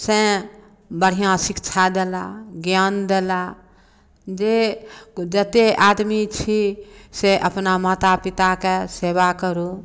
सँ बढ़िआँ शिक्षा देलाह ज्ञान देलाह जे जतेक आदमी छी से अपना माता पिताके सेवा करू